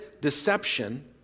deception